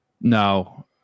No